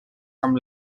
amb